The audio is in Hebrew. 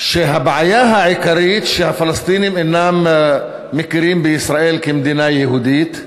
שהבעיה העיקרית היא שהפלסטינים אינם מכירים בישראל כמדינה יהודית.